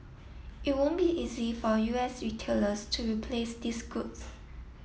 it won't be easy for U S retailers to replace these goods